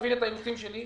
הבינה את האילוצים שלי,